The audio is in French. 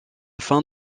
fin